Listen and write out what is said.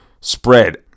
Spread